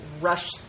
rush